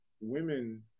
women